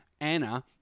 anna